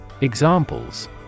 Examples